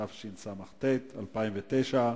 התש"ע 2009,